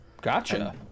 gotcha